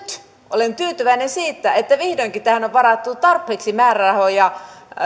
olen tyytyväinen siitä että vihdoinkin tähän on varattu tarpeeksi määrärahoja